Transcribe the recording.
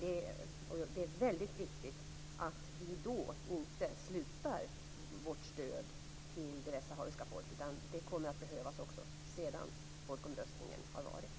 Det är väldigt viktigt att vi då inte upphör med vårt stöd till det västsahariska folket. Det kommer att behövas också efter folkomröstningen.